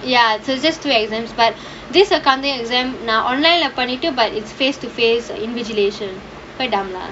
ya so just two exams but this accounting exam நான்:naan online lah பண்ணிட்டு:pannittu but it's face to face invigilation quite dumb ah